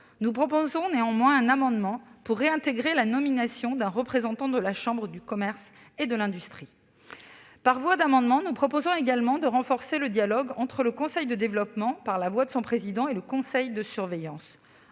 Nous proposons néanmoins un amendement visant à réintégrer la nomination d'un représentant de la chambre de commerce et d'industrie (CCI). Par voie d'amendement, nous proposons également de renforcer le dialogue entre le conseil de développement, par la voix de son président, et le conseil de surveillance.